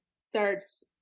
starts